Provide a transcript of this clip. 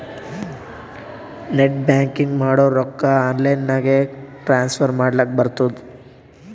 net banking ಮಾಡುರ್ ರೊಕ್ಕಾ online ನಾಗೆ ಟ್ರಾನ್ಸ್ಫರ್ ಮಾಡ್ಲಕ್ ಬರ್ತುದ್